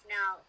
Now